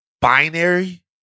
binary